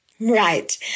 Right